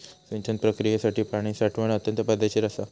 सिंचन प्रक्रियेसाठी पाणी साठवण अत्यंत फायदेशीर असा